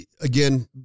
Again